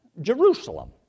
Jerusalem